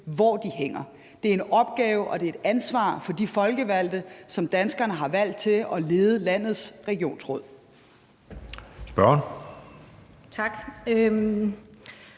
hvor de hænger. Det er en opgave og et ansvar for de folkevalgte, som danskerne har valgt til at lede landets regionsråd.